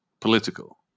political